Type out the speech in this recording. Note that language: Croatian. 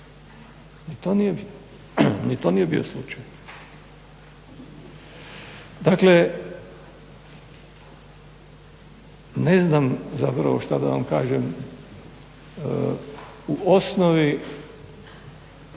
Ni to nije bio slučaj. Dakle, ne znam zapravo što da vam kažem. U osnovi